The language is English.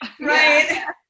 right